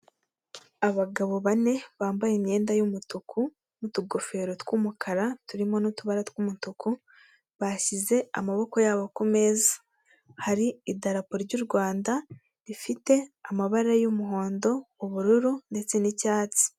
Abagabo bane bambaye imyenda y'umutuku n'udugofero tw'umukara turimo n'utubara tw'umutuku bashyize amaboko yabo kumeza hari idarapo ry'u Rwanda rifite amabara y'umuhondo ubururu ndetse n'icyatsi.